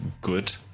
good